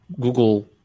Google